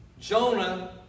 Jonah